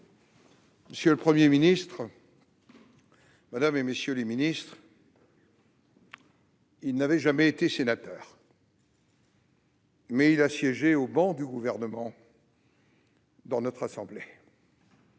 Monsieur le Premier ministre, madame, messieurs les ministres, mes chers collègues, il n'avait jamais été sénateur, mais il a siégé au banc du Gouvernement dans notre assemblée.